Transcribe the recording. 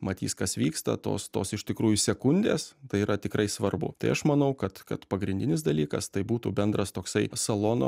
matys kas vyksta tos tos iš tikrųjų sekundės tai yra tikrai svarbu tai aš manau kad kad pagrindinis dalykas tai būtų bendras toksai salono